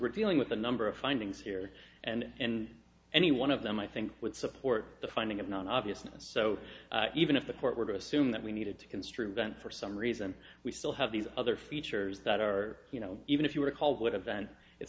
we're dealing with a number of findings here and any one of them i think would support the finding of non obviousness so even if a court were to assume that we needed to construe events for some reason we still have these other features that are you know even if you were called live event it